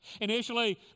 Initially